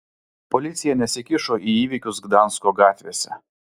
policija nesikišo į įvykius gdansko gatvėse